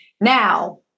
Now